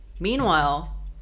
Meanwhile